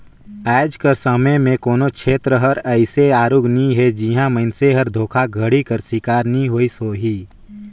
आएज कर समे में कोनो छेत्र हर अइसे आरूग नी हे जिहां मइनसे हर धोखाघड़ी कर सिकार नी होइस होही